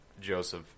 Joseph